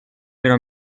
però